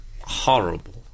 horrible